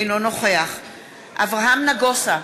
אינו נוכח אברהם נגוסה,